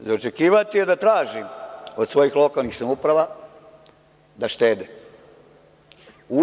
Za očekivati je da traži od svojih lokalnih samouprava da štede.